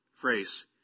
phrase